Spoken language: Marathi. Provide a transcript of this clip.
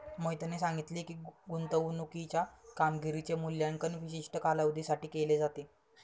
मोहितने सांगितले की, गुंतवणूकीच्या कामगिरीचे मूल्यांकन विशिष्ट कालावधीसाठी केले जाते